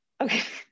Okay